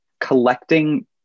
collecting